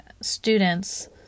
students